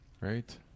Right